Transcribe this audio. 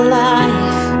life